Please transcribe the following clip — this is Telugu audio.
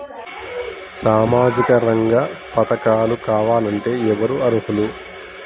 సామాజిక రంగ పథకాలు కావాలంటే ఎవరు అర్హులు?